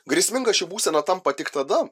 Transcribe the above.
grėsminga ši būsena tampa tik tada